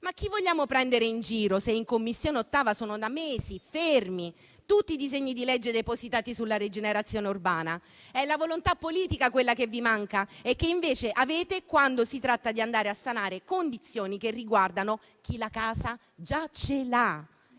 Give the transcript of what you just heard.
Ma chi vogliamo prendere in giro se nella Commissione 8a da mesi sono fermi tutti i disegni di legge depositati sulla rigenerazione urbana? È la volontà politica quella che vi manca che invece avete quando si tratta di andare a sanare condizioni che riguardano chi la casa già ce l'ha